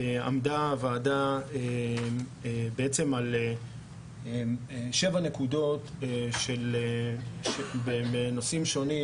עמדה הוועדה על שבע נקודות בנושאים שונים